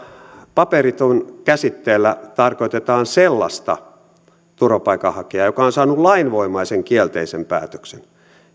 paperiton käsitteellä tarkoitetaan sellaista turvapaikanhakijaa joka on saanut lainvoimaisen kielteisen päätöksen